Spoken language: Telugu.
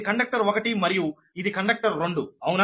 ఇది కండక్టర్ ఒకటి మరియు ఇది కండక్టర్ రెండు అవునా